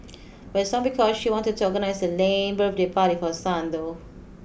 but it's not because she wanted to organise a lame birthday party for her son though